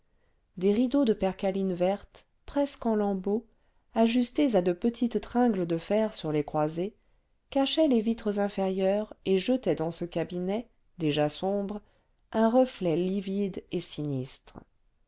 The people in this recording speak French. des rideaux de percaline verte presque en lambeaux ajustés à de petites tringles de fer sur les croisées cachaient les vitres inférieures et jetaient dans ce cabinet déjà sombre un reflet livide et sinistre